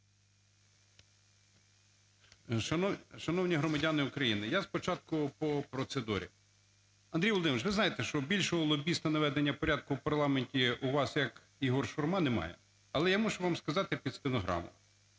Шановні громадяни України! Я спочатку по процедурі. Андрій Володимирович, ви знаєте, що більшого лобіста наведення порядку в парламенті у вас, як Ігор Шурма, немає. Але я вам мушу сказати під стенограму.